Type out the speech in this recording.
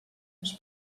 uns